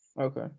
Okay